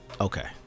okay